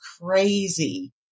crazy